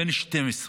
בן 12,